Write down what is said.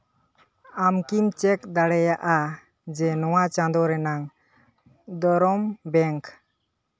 ᱟᱢᱠᱤᱢ check ᱫᱟᱲᱮᱭᱟᱜᱼᱟ ᱡᱮ ᱱᱚᱣᱟ ᱪᱟᱸᱫᱚ ᱨᱮᱱᱟᱝ ᱫᱚᱨᱚᱢ ᱵᱮᱝᱠ